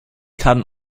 kann